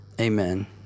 Amen